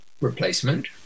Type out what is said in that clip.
replacement